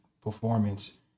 performance